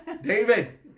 David